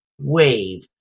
wave